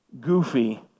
goofy